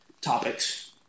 Topics